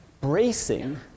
bracing